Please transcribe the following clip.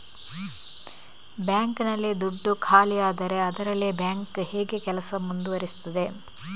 Bank ನಲ್ಲಿ ದುಡ್ಡು ಖಾಲಿಯಾದರೆ ಅದರಲ್ಲಿ ಬ್ಯಾಂಕ್ ಹೇಗೆ ಕೆಲಸ ಮುಂದುವರಿಸುತ್ತದೆ?